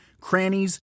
crannies